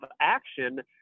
action